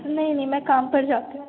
नहीं नहीं मैं काम पर जाती हूँ